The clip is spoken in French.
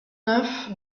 neuf